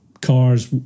Cars